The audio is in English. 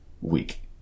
week